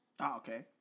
Okay